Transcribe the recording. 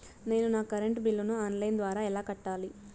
నేను నా కరెంటు బిల్లును ఆన్ లైను ద్వారా ఎలా కట్టాలి?